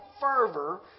fervor